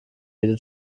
jede